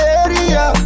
area